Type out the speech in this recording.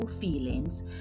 feelings